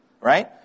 Right